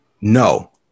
No